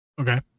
Okay